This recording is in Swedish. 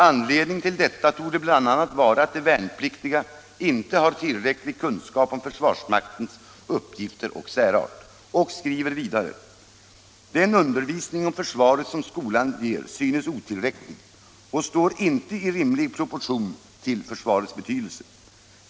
Anledningen till detta torde bl.a. vara att de värnpliktiga inte har tillräcklig kunskap om försvarsmaktens uppgifter och särart.” Man skriver vidare: ”Den undervisning om försvaret som skolan ger synes otillräcklig och står inte i rimlig proportion till försvarets betydelse.